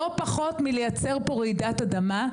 לא פחות מלייצר פה רעידת אדמה,